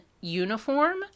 uniform